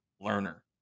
learner